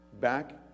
back